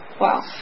Wow